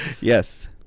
Yes